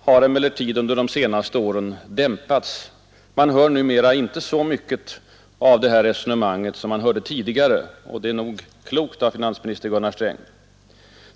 har emellertid under de senaste åren dämpats. Man hör numera inte så mycket av det här resonemanget som man hörde tidigare. Och det är nog klokt av finansminister Gunnar Sträng.